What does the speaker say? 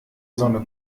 sonne